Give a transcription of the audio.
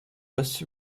was